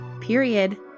period